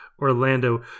orlando